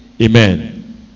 Amen